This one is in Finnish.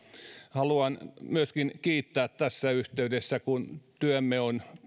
haluan myöskin kiittää tässä yhteydessä kun työmme on